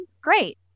great